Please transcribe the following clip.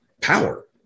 power